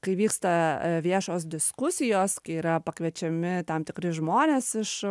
kai vyksta e viešos diskusijos kai yra pakviečiami tam tikri žmonės iš